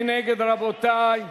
מי נגד, רבותי?